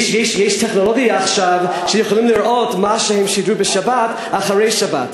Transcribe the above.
יש עכשיו טכנולוגיה שיכולים לראות מה שהם שידרו בשבת אחרי שבת.